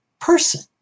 person